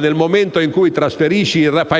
nel momento in cui fa